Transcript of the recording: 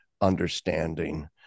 understanding